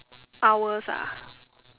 hours ah